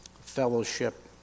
fellowship